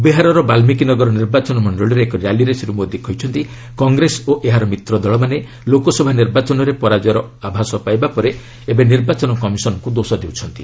ବିହାରର ବାଲ୍ଲିକୀ ନଗର ନିର୍ବାଚନ ମଣ୍ଡଳୀରେ ଏକ ର୍ୟାଲିରେ ଶ୍ରୀ ମୋଦି କହିଛନ୍ତି କଂଗ୍ରେସ ଓ ଏହାର ମିତ୍ର ଦଳମାନେ ଲୋକସଭା ନିର୍ବାଚନରେ ପରାକ୍ଷର ଆଭାସ ପାଇବା ପରେ ଏବେ ନିର୍ବାଚନ କମିଶନ୍ଙ୍କୁ ଦୋଷ ଦେଉଛନ୍ତି